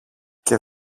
και